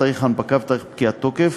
תאריך ההנפקה ותאריך פקיעת התוקף,